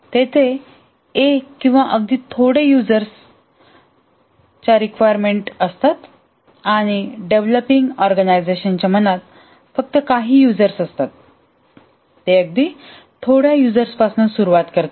तेथे एक किंवा अगदी थोडे यूजर्स कडे त्यांच्या रिक्वायरमेंट असतात आणि डेव्हलपिंग ऑर्गनायझेशनच्या मनात फक्त काही यूजर्स असतात ते अगदी थोड्या यूजर्स पासून सुरवात करतात